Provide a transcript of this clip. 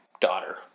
daughter